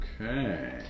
Okay